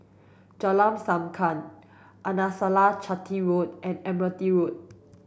Jalan Sankam Arnasalam Chetty Road and Admiralty Road